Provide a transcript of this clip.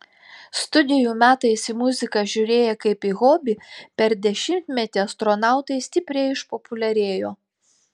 studijų metais į muziką žiūrėję kaip į hobį per dešimtmetį astronautai stipriai išpopuliarėjo